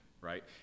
right